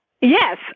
Yes